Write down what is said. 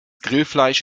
grillfleisch